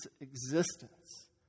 existence